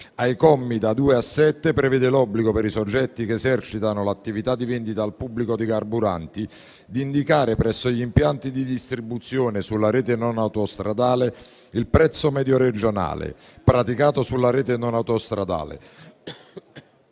Ai commi da 2 a 7 prevede l'obbligo, per i soggetti che esercitano l'attività di vendita al pubblico di carburanti, di indicare, presso gli impianti di distribuzione sulla rete non autostradale, il prezzo medio regionale praticato sulla rete non autostradale